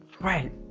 right